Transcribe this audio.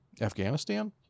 Afghanistan